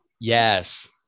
Yes